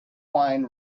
wine